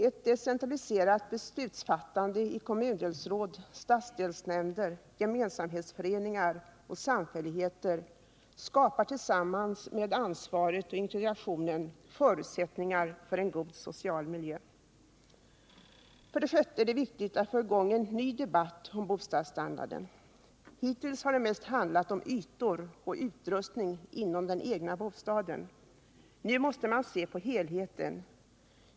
Ett decentraliserat beslutsfattande i kommundelsråd, stadsdelsnämnder, gemensamhetsföreningar och samfälligheter skapar tillsammans med ansvaret och integrationen förutsättningar för en god social miljö. För det sjätte är det viktigt att få i gång en ny debatt om bostadsstandarden. Hittills har det mest handlat om ytor och utrustning inom den egna bostaden. Nu måste man se på helheten.